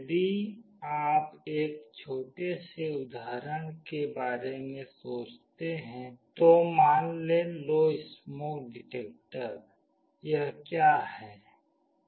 यदि आप एक छोटे से उदाहरण के बारे में सोचते हैं तो मान लो स्मोक डिटेक्टर यह क्या है